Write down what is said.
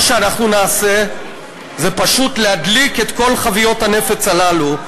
מה שאנחנו נעשה זה פשוט להדליק את כל חביות הנפץ הללו,